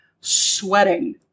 sweating